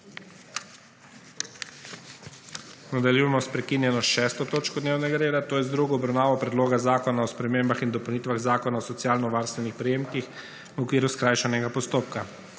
Nadaljujemo s prekinjeno6. točko dnevnega reda – druga obravnava predloga zakona o spremembah in dopolnitvah Zakona o socialnovarstvenih prejemkih v okviru skrajšanega postopka.